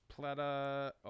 platter